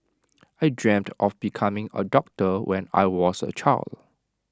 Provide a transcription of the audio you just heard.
I dreamt of becoming A doctor when I was A child